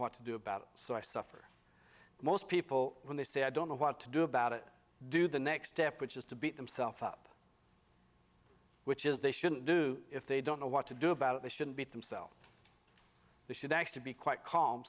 what to do about it so i suffer most people when they say i don't know what to do about it do the next step which is to beat themself up which is they shouldn't do if they don't know what to do about it they shouldn't be themselves they should actually be quite calm